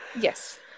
Yes